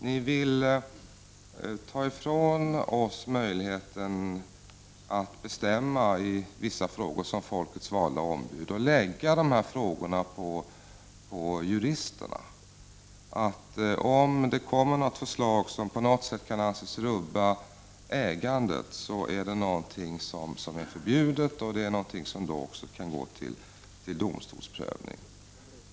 Ni vill ta ifrån oss, som är folkets valda ombud, möjligheterna att bestämma i vissa frågor och lägga de frågorna på juristerna. Om det kommer ett förslag som på något sätt kan anses rubba ägandet är det någonting som är förbjudet och som också kan gå till domstolsprövning.